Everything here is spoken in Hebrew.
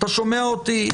אתה שומע אותי?